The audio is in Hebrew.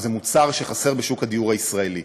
שזה מוצר שחסר בשוק הדיור הישראלי.